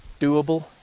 doable